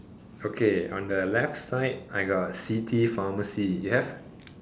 okay on the left side I got city pharmacy you have